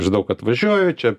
žinau kad važiuoju čia